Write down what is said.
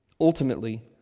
Ultimately